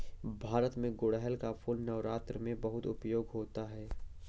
भारत में गुड़हल का फूल नवरात्र में बहुत उपयोग होता है